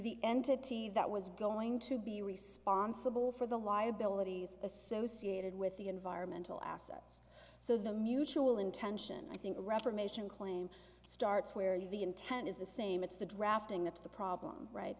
the entity that was going to be responsible for the liabilities associated with the environmental assets so the mutual intention i think the reformation claim starts where the intent is the same it's the drafting that's the problem right